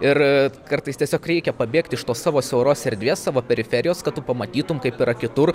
ir kartais tiesiog reikia pabėgti iš tos savo siauros erdvės savo periferijos kad tu pamatytum kaip yra kitur